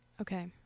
Okay